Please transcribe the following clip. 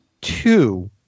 two